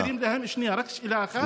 שנייה, רק שאלה אחת.